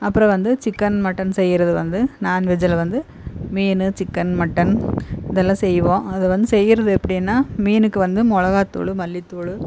அப்புறம் வந்து chicken mutton செய்கிறது வந்து நாண்வெஜ்ஜுயில் வந்து மீனு சிக்கன் மட்டன் இதெல்லாம் செய்வோம் அதை வந்து செய்கிறது எப்படின்னா மீனுக்கு வந்து மிளகாத்தூளு மல்லித்தூள்